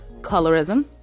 colorism